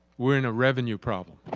we're in a revenue problem,